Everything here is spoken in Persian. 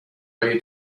های